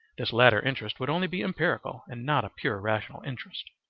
this latter interest would only be empirical and not a pure rational interest.